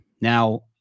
Now